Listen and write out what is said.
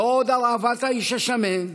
לא עוד הרעבת האיש השמן,